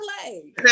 play